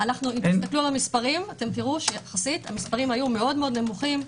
תראו שיחסית המספרים היו מאוד נמוכים.